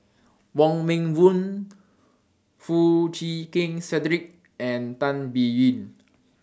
Wong Meng Voon Foo Chee Keng Cedric and Tan Biyun